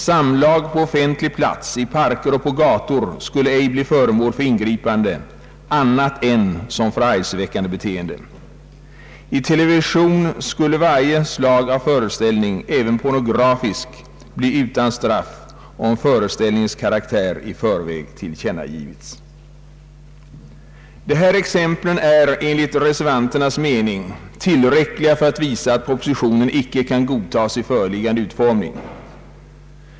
Samlag på offentlig plats, i parker eller på gator, skulle ej bli föremål för ingripande annat än som förargelseväckande beteende. I TV skulle varje slag av föreställning, även pornografisk, bli utan straff, om föreställningens karaktär i förväg tillkännagivits.” Dessa exempel är enligt reservanternas mening tillräckliga för att visa att propositionen icke kan godtas i föreliggande utformning.